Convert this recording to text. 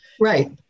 Right